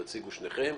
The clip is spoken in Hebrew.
תציגו שניכם.